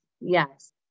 yes